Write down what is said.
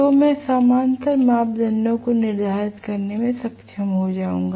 तो मैं समानांतर मापदंडों को निर्धारित करने में सक्षम हो जाएगा